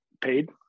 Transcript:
paid